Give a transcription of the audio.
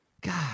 God